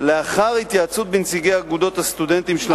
לאחר התייעצות עם נציגי אגודות הסטודנטים של